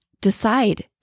decide